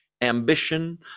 ambition